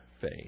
faith